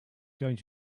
going